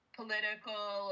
political